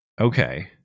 Okay